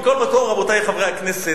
רבותי חברי הכנסת,